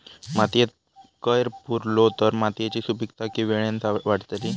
मातयेत कैर पुरलो तर मातयेची सुपीकता की वेळेन वाडतली?